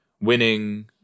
winning